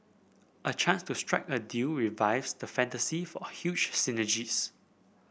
a chance to strike a deal revives the fantasy for huge synergies